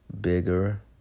bigger